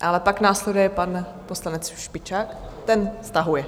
Ale pak následuje pan poslanec Špičák ten stahuje.